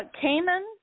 Cayman